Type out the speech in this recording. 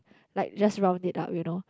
like just round it up you know